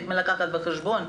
את מי לקחת בחשבון,